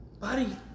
Buddy